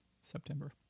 September